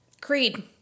Creed